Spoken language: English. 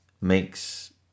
makes